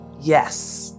yes